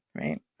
right